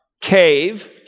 cave